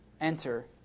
Enter